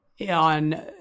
on